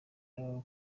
nabo